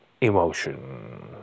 emotion